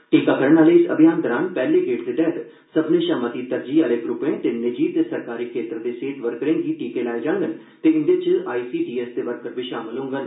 टीकाकरण आहले इस अभियान दौरान पैहले गेड़ दे तैहत सब्भनें शा मती तरजीह् आहले ग्रुपे ते निजी ते सरकारी खेत्तर दे सेहत वर्करें गी टीके लाए जाइन ते इंदे च आईसीडीएस दे वर्कर बी षामल होडन